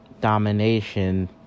domination